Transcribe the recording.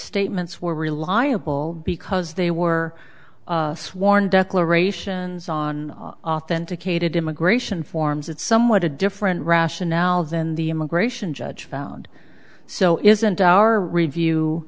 statements were reliable because they were sworn declaration zhan authenticated immigration forms it's somewhat a different rationale than the immigration judge found so isn't our review